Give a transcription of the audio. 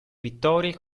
vittorie